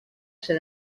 ser